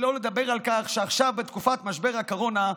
שלא לדבר על כך שעכשיו, בתקופת משבר הקורונה,